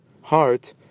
heart